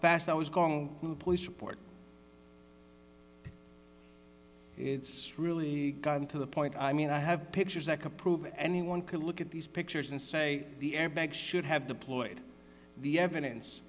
fast i was gong police report it's really gotten to the point i mean i have pictures that could prove anyone could look at these pictures and say the airbag should have deployed the evidence